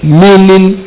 meaning